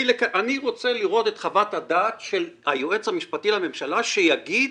אני רוצה לראות את חוות הדעת של היועץ המשפטי לממשלה שיגיד